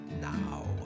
now